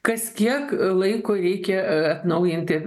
kas kiek laiko reikia atnaujinti